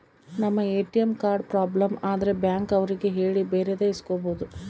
ನಮ್ ATM card problem ಆದ್ರೆ bank ಅವ್ರಿಗೆ ಹೇಳಿ ಬೇರೆದು ಇಸ್ಕೊಬೋದು